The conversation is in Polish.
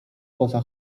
poza